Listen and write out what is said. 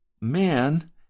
Man